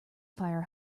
fire